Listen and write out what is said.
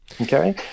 okay